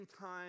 time